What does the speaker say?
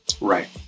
Right